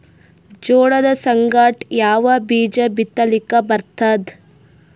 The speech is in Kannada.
ಜೋಳದ ಸಂಗಾಟ ಯಾವ ಬೀಜಾ ಬಿತಲಿಕ್ಕ ಬರ್ತಾದ?